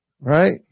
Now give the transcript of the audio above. Right